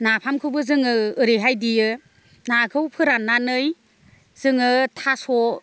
नाफामखौबो जोङो ओरैहाय देयो नाखौ फोराननानै जोङो थास'